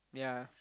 ya